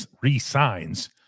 resigns